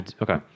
Okay